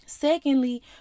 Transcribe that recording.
Secondly